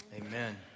Amen